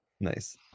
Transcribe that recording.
nice